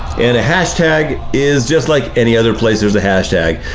and a hashtag is just like any other place there is a hashtag.